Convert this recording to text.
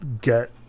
get